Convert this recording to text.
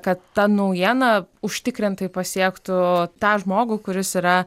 kad ta naujiena užtikrintai pasiektų tą žmogų kuris yra